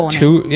two